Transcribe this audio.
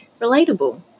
relatable